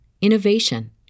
innovation